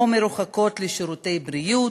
או המרוחקות, לשירותי בריאות,